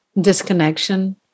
disconnection